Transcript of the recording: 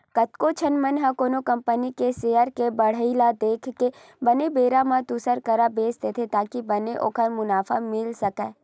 कतको झन मन ह कोनो कंपनी के सेयर के बड़हई ल देख के बने बेरा म दुसर करा बेंच देथे ताकि बने ओला मुनाफा मिले सकय